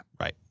Right